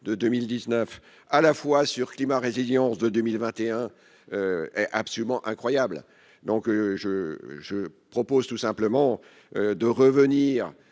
de 2019 à la fois sur climat révision de 2021 absolument incroyable, donc je je propose tout simplement de revenir